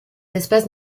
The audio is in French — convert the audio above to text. espace